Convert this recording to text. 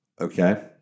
okay